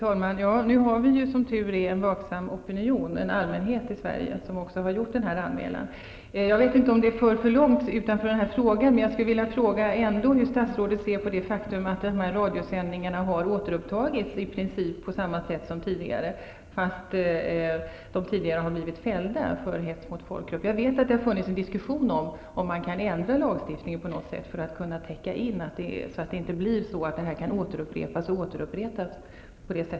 Fru talman! Nu har vi som tur är en vaksam allmänhet i Sverige som också gjort denna anmälan. Jag vet inte om det för för långt utanför den här frågan, men jag skulle ändå vilja fråga hur statsrådet ser på det faktum att dessa radiosändningar har återupptagits i princip på samma sätt som tidigare, fastän Ahmed Rami tidigare blivit fälld för hets mot folkgrupp. Jag vet att det har funnits en diskussion om huruvida man kan ändra lagen på något sätt för att garantera att inte sådant kan upprepas.